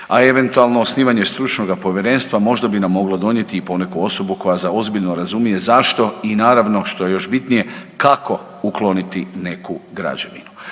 a eventualno osnivanje stručnoga povjerenstva možda bi nam moglo donijeti i poneku osobu koja za ozbiljno razumije zašto i naravno što je još bitnije kako ukloniti neku građevinu.